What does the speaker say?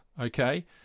okay